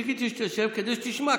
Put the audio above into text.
חיכיתי שתשב כדי שתשמע,